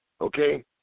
okay